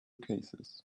cases